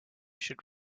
should